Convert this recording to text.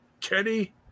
Kenny